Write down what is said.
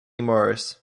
morris